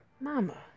Mama